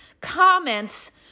comments